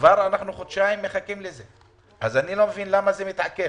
אני לא מבין למה זה מתעכב.